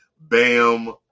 Bam